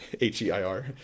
H-E-I-R